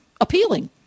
appealing